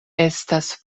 estas